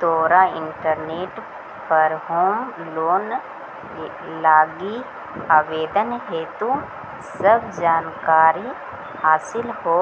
तोरा इंटरनेट पर home loan लागी आवेदन हेतु सब जानकारी हासिल हो